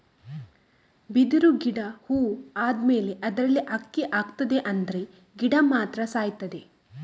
ಬಿದಿರು ಗಿಡ ಹೂ ಆದ್ಮೇಲೆ ಅದ್ರಲ್ಲಿ ಅಕ್ಕಿ ಆಗ್ತದೆ ಆದ್ರೆ ಗಿಡ ಮಾತ್ರ ಸಾಯ್ತದೆ